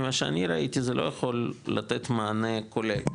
ממה שאני ראיתי זה לא יכול לתת מענה כולל,